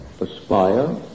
aspire